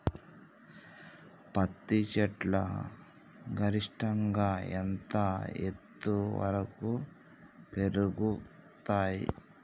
పత్తి చెట్లు గరిష్టంగా ఎంత ఎత్తు వరకు పెరుగుతయ్?